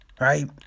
right